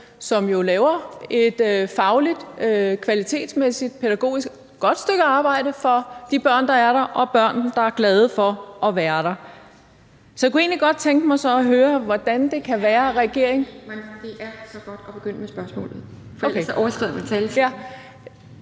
som jo laver et fagligt, kvalitetsmæssigt og pædagogisk set godt stykke arbejde for de børn, der er der, og som er glade for at være der. Så jeg kunne egentlig godt tænke mig så at høre, hvordan det kan være, at regeringen ... Kl. 17:13 Anden næstformand (Pia Kjærsgaard): Det er så godt at begynde med spørgsmålet, for ellers så overskrider man taletiden.